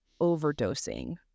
overdosing